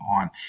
on